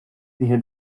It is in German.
siehe